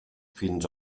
fins